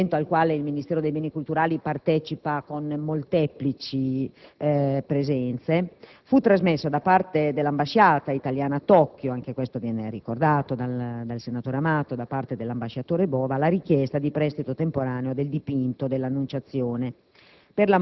un evento al quale il Ministero dei beni culturali partecipa con molteplici presenze, fu trasmessa da parte dell'ambasciata italiana a Tokyo, anche questo viene ricordato dal senatore Amato, da parte dell'ambasciatore Bova, la richiesta di prestito temporaneo del dipinto «Annunciazione»,